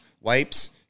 wipes